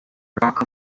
rock